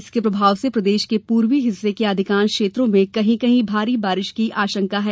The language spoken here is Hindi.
इसके प्रभाव से प्रदेश के पूर्वी हिस्से के अधिकांश क्षेत्रों में कहीं कहीं भारी बारिश की आशंका है